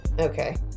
Okay